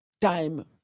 time